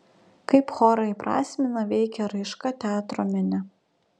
kaip chorą įprasmina veikia raiška teatro mene